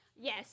Yes